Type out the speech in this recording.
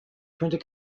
printer